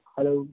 Hello